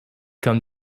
comme